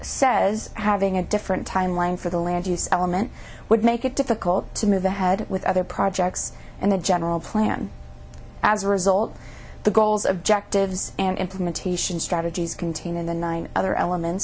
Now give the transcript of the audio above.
says having a different timeline for the land use element would make it difficult to move ahead with other projects and the general plan as a result the goals objectives and implementation strategies contain and the nine other elements